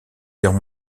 guerre